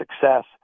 success